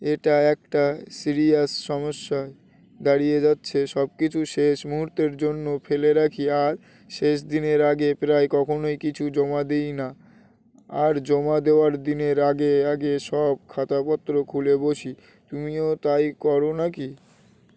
এটা একটা সিরিয়াস সমস্যায় দাঁড়িয়ে যাচ্ছে সব কিছু শেষ মুহূুর্তের জন্য ফেলে রাখি আর শেষ দিনের আগে প্রায় কখনোই কিছু জমা দিই না আর জমা দেওয়ার দিনের আগে আগে সব খাতাপত্র খুলে বসি তুমিও তাই করো ন কিি